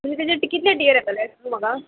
तुमी तेजे कितले डियर येतले म्हाका